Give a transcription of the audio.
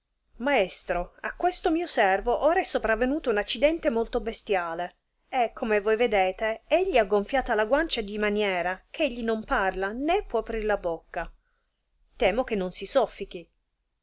maestro a questo mio servo ora é sopravenuto un accidente molto bestiale e come voi vedete egli ha gonfiata la guancia di maniera eh egli non parla né può aprir la bocca temo che non si soffichi